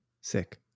Sick